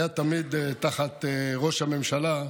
היה תמיד תחת ראש הממשלה,